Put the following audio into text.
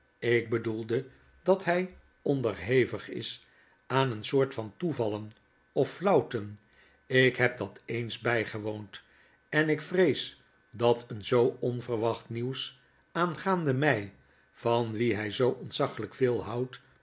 ik bedoelde dat hy onderhevig is aan een soort van toevallen of flauwten ik heb dat eens bygewoond en ik vrees dat een zoo onverwacht nieuws aangaande my van wien hy zoo ontzaglyk veel houdt